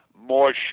more